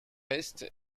est